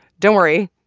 don't worry.